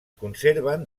conserven